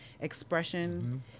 expression